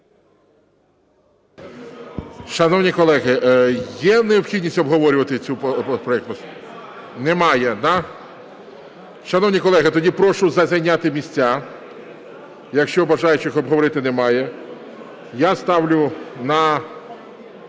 Шановні колеги, є необхідність обговорювати цей проект постанови? Немає, да? Шановні колеги, тоді прошу зайняти місця. Якщо бажаючих обговорити немає. Я ставлю на